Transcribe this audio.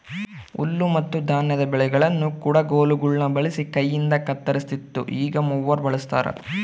ಹುಲ್ಲುಮತ್ತುಧಾನ್ಯದ ಬೆಳೆಗಳನ್ನು ಕುಡಗೋಲುಗುಳ್ನ ಬಳಸಿ ಕೈಯಿಂದಕತ್ತರಿಸ್ತಿತ್ತು ಈಗ ಮೂವರ್ ಬಳಸ್ತಾರ